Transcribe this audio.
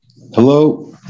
Hello